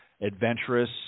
adventurous